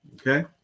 Okay